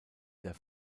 der